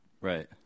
Right